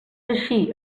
així